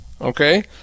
okay